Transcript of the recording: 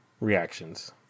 reactions